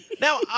Now